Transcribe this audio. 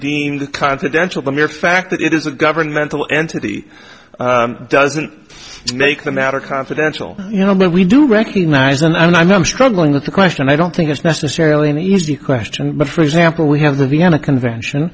deemed confidential the mere fact that it is a governmental entity doesn't make the matter confidential you know but we do recognize and i know i'm struggling with the question and i don't think it's necessarily an easy question but for example we have the vienna convention